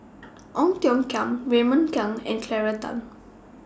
Ong Tiong Khiam Raymond Kang and Claire Tham